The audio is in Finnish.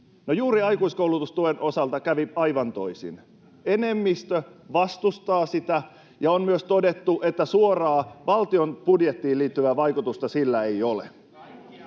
juuri aikuiskoulutustuen osalta kävi aivan toisin. Enemmistö vastustaa sitä, ja on myös todettu, että suoraa valtion budjettiin liittyvää vaikutusta sillä ei ole.